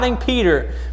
Peter